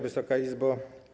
Wysoka Izbo!